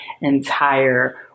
entire